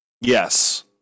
Yes